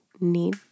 need